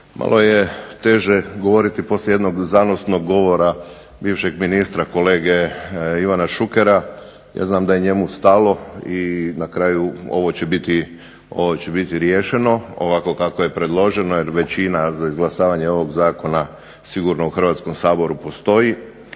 Malo je teže govoriti poslije jednog zanosnog govora bivšeg ministra, kolege Ivana Šukera, ja znam da je njemu stalo i na kraju ovo će biti riješeno ovako kako je predloženo jer većina za izglasavanje ovog zakona sigurno u Hrvatskom saboru postoji.